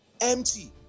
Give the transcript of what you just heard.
empty